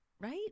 right